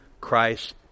Christ